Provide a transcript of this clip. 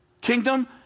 kingdom